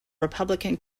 republican